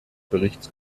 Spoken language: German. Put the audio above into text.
berichts